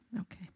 Okay